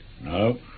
No